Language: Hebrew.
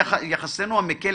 לא יכולנו להתייחס ולהגיב.